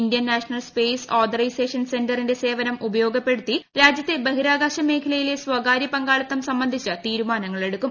Indian National Space Authorisation സെന്ററിന്റെ സേവനം ഉപയോഗപ്പെടുത്തി രാജ്യിത്ത ബഹിരാകാശ മേഖലയിലെ സ്വകാര്യ പങ്കാളിത്തു സംബന്ധിച്ച് തീരുമാനങ്ങളെടുക്കും